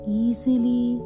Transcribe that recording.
easily